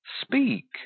Speak